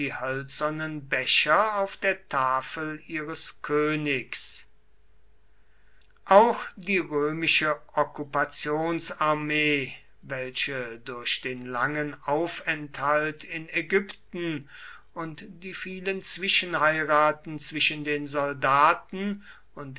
die hölzernen becher auf der tafel ihres königs auch die römische okkupationsarmee welche durch den langen aufenthalt in ägypten und die vielen zwischenheiraten zwischen den soldaten und